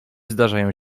zdarzają